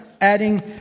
adding